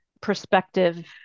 perspective